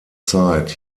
zeit